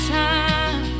time